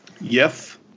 Yes